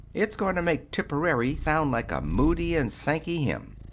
it's going to make tipperary sound like a moody and sankey hymn.